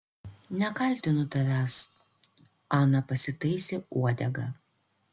nekaltinu tavęs ana pasitaisė uodegą